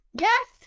Yes